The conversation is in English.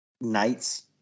nights